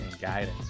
guidance